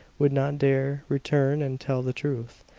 would not dare return and tell the truth,